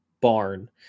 barn